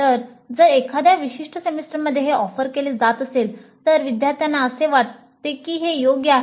तर जर एखाद्या विशिष्ट सेमेस्टरमध्ये हे ऑफर केले जात असेल तर विद्यार्थ्यांना असे वाटते की ते योग्य आहे